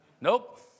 Nope